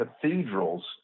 cathedrals